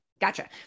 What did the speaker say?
Gotcha